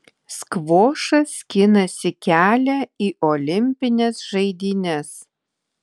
skvošas skinasi kelią į olimpines žaidynes